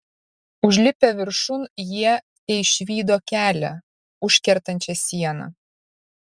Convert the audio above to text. užlipę viršun jie teišvydo kelią užkertančią sieną